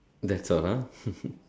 that's all ah